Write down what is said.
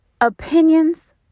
Opinions